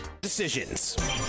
Decisions